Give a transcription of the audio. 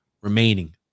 remaining